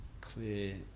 clear